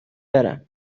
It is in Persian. برم